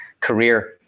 career